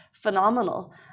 phenomenal